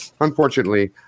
Unfortunately